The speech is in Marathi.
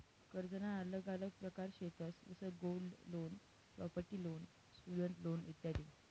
कर्जना आल्लग आल्लग प्रकार शेतंस जसं gold loan, property loan, student loan इत्यादी